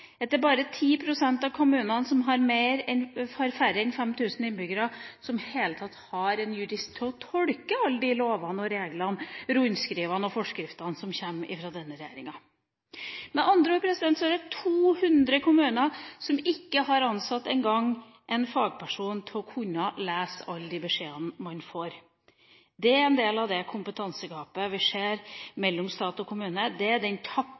færre enn 5 000 innbyggere som i det hele tatt har en jurist til å tolke alle de lovene, reglene, rundskrivene og forskriftene som kommer fra denne regjeringa. Det er med andre ord 200 kommuner som ikke engang har ansatt en fagperson til å lese alle de beskjedene de får. Det er en del av det kompetansegapet vi ser mellom stat og kommune, det er den